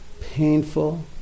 painful